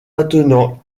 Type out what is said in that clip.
maintenant